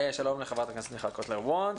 שלום לחברת הכנסת מיכל קוטלר וונש,